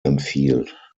empfiehlt